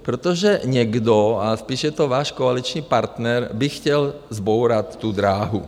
Protože někdo, a spíš je to váš koaliční partner, by chtěl zbourat tu dráhu.